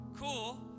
Cool